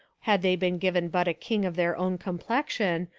had they been given but a king of their own complexion,